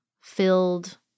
filled